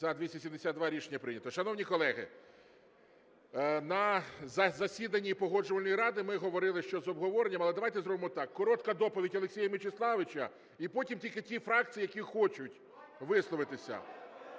За-272 Рішення прийнято. Шановні колеги, на засіданні Погоджувальної ради ми говорили, що з обговоренням, але давайте зробимо так: коротка доповідь Олексія Мячеславовича і потім тільки ті фракції, які хочуть висловитися.